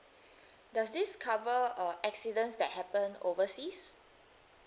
does this cover uh accidents that happen overseas